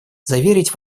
заверить